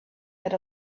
had